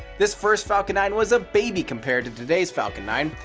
this first falcon nine was a baby compared to today's falcon nine.